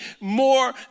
more